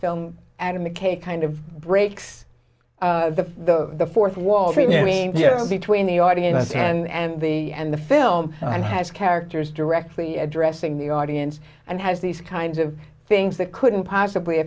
film adam mckay kind of breaks the the fourth wall for many years between the audience and the and the film and has characters directly addressing the audience and has these kinds of things that couldn't possibly